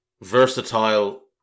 versatile